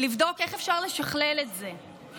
לבדוק איך אפשר לשכלל את זה.